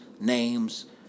names